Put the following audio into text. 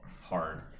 hard